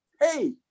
Hey